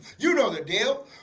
you know the deal